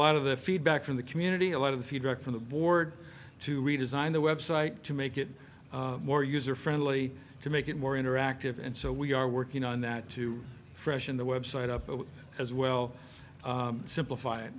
lot of the feedback from the community a lot of the feedback from the board to redesign the website to make it more user friendly to make it more interactive and so we are working on that to freshen the website up as well simplify it